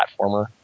platformer